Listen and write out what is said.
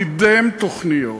קידם תוכניות,